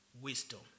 Wisdom